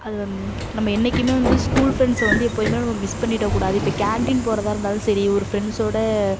அது நம்ம என்னைக்குமே வந்து ஸ்கூல் ஃப்ரெண்ட்ஸை வந்து எப்பயுமே நம்ம மிஸ் பண்ணிடக்கூடாது இப்போ கேண்டீன் போறதாக இருந்தாலும் சரி ஒரு ஃப்ரெண்ட்ஸோட